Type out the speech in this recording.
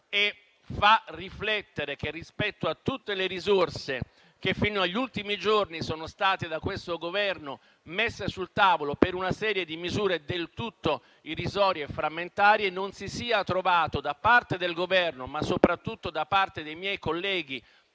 Fa riflettere che, rispetto a tutte le risorse che fino agli ultimi giorni sono state messe sul tavolo da questo Governo per una serie di misure del tutto irrisorie, frammentarie, non si sia trovato, da parte del Governo, ma soprattutto da parte dei colleghi